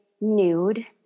nude